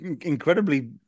incredibly